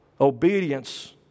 Obedience